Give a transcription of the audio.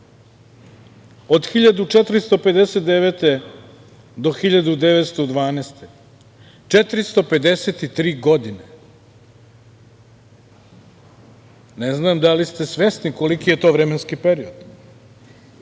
od 1459. do 1912. godine, 453 godine. Ne znam da li ste svesni koliki je to vremenski period?